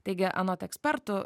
taigi anot ekspertų